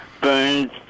burns